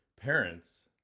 parents